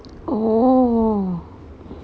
oh